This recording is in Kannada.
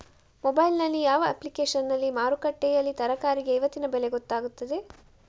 ಮೊಬೈಲ್ ನಲ್ಲಿ ಯಾವ ಅಪ್ಲಿಕೇಶನ್ನಲ್ಲಿ ಮಾರುಕಟ್ಟೆಯಲ್ಲಿ ತರಕಾರಿಗೆ ಇವತ್ತಿನ ಬೆಲೆ ಗೊತ್ತಾಗುತ್ತದೆ?